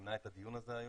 שזימנה את הדיון הזה היום,